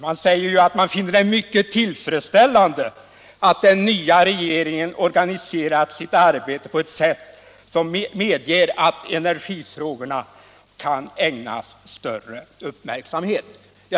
Man säger ju att man finner det mycket tillfredsställande att den nya regeringen organiserat sitt arbete på ett sätt som medger att energifrågorna kan ägnas större uppmärksamhet.